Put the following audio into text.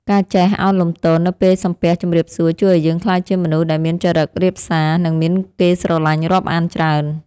ការចេះឱនលំទោននៅពេលសំពះជម្រាបសួរជួយឱ្យយើងក្លាយជាមនុស្សដែលមានចរិតរាបសារនិងមានគេស្រឡាញ់រាប់អានច្រើន។